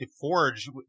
forge